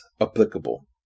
applicable